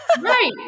Right